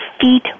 feet